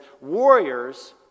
warriors